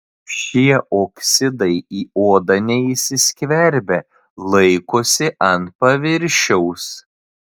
šie oksidai į odą neįsiskverbia laikosi ant paviršiaus